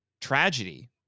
tragedy